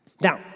Now